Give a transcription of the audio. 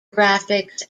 graphics